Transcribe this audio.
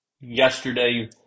yesterday